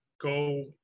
go